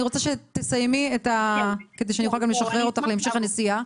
אני רוצה שתסיימי כדי שאני אוכל לשחרר אותך להמשך הנסיעה.